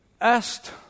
asked